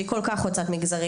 שהיא כל כך חוצת מגזרים,